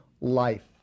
life